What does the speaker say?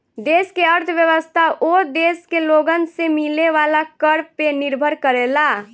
देश के अर्थव्यवस्था ओ देश के लोगन से मिले वाला कर पे निर्भर करेला